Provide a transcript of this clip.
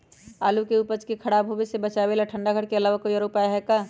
आलू के उपज के खराब होवे से बचाबे ठंडा घर के अलावा कोई और भी उपाय है का?